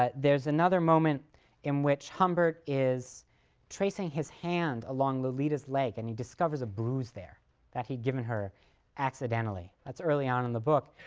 ah there is another moment in which humbert is tracing his hand along lolita's leg and he discovers a bruise there that he'd given her accidentally. that's early on in the book.